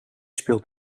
speelt